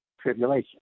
tribulation